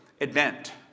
event